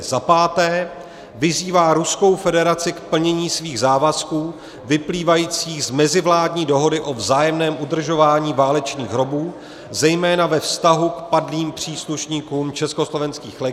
V. vyzývá Ruskou federaci k plnění svých závazků vyplývajících z mezivládní dohody o vzájemném udržování válečných hrobů, zejména ve vztahu k padlým příslušníkům československých legií;